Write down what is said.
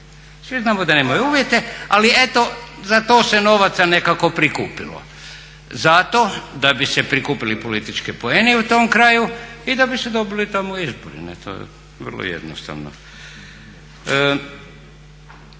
svi znamo da nemaju uvjete, ali eto za to se novaca nekako prikupilo. Zato da bi se prikupili politički poeni u tom kraju i da bi se dobili tamo izbori. To je vrlo jednostavno.